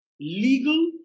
legal